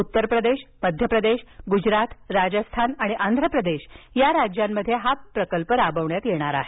उत्तर प्रदेश मध्य प्रदेश गुजरात राजस्थान आणि आंध्र प्रदेश या राज्यांमध्ये हा प्रकल्प राबविण्यात येणार आहे